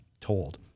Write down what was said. told